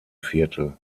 viertel